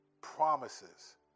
promises